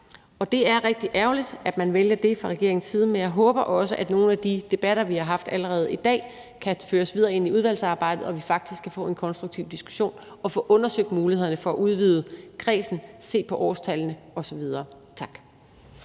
og det er rigtig ærgerligt, at man vælger det fra regeringens side. Men jeg håber også, at nogle af de debatter, vi har haft allerede i dag, kan føres videre ind i udvalgsarbejdet, og at vi faktisk kan få en konstruktiv diskussion og få undersøgt muligheden for at udvide kredsen, få set på årstallene osv. Tak.